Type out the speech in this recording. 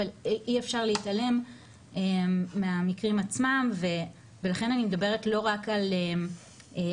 אבל אי אפשר להתעלם מהמקרים עצמם ולכן אני מדברת לא רק על מה